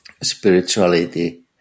spirituality